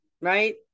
right